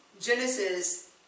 Genesis